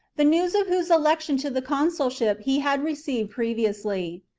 the news of whose election to the consulship he had received previously.